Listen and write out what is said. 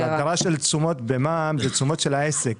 אבל ההגדרה של תשומות במע"מ זה תשומות של העסק.